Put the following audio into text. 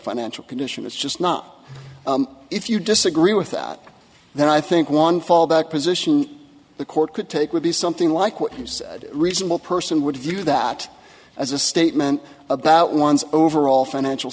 financial condition is just not if you disagree with that then i think one fallback position the court could take would be something like what you said reasonable person would view that as a statement about one's overall financial